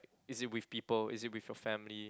is it with people is it with your family